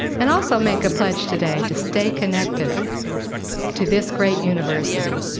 and also make a pledge today to stay connected to this great university,